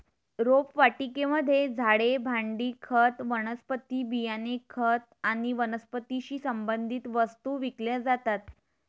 रोपवाटिकेमध्ये झाडे, भांडी, खत, वनस्पती बियाणे, खत आणि वनस्पतीशी संबंधित वस्तू विकल्या जातात